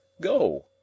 Go